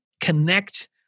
connect